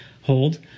hold